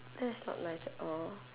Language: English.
that's not nice at all